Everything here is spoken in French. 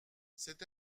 c’est